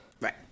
Right